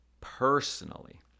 personally